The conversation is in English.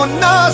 no